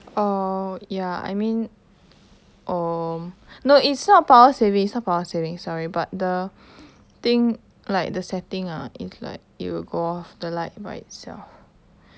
oh ya I mean oh no it's not power saving it's not power saving sorry but the thing like the setting ah it's like it will go off the light by itself